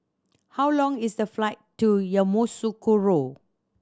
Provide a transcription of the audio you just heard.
how long is the flight to Yamoussoukro